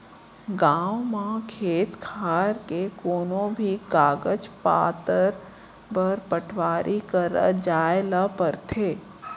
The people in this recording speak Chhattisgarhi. गॉंव म खेत खार के कोनों भी कागज पातर बर पटवारी करा जाए ल परथे